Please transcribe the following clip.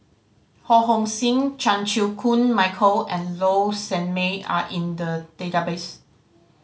Ho Hong Sing Chan Chew Koon Michael and Low Sanmay are in the database